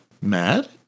Mad